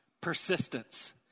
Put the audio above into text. persistence